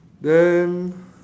then